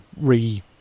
re